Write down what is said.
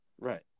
Right